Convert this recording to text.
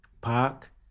Park